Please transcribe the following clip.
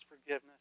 forgiveness